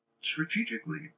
strategically